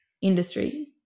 industry